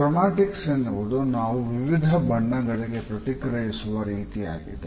chromatics ಎನ್ನುವುದು ನಾವು ವಿವಿಧ ಬಣ್ಣಗಳಿಗೆ ಪ್ರತಿಕ್ರಿಯಿಸುವ ರೀತಿಯಾಗಿದೆ